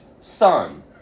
son